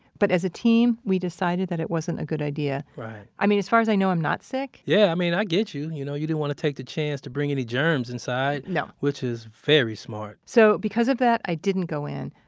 but as a team we decided that it wasn't a good idea. earlonne affirms i mean, as far as i know, i'm not sick yeah, i mean, i get you. you know, you didn't want to take the chance to bring any germs inside no which is very smart so because of that, i didn't go in.